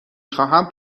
خواهم